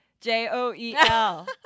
J-O-E-L